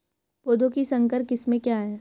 पौधों की संकर किस्में क्या हैं?